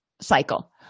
cycle